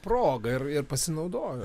proga ir ir pasinaudojo